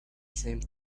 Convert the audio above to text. same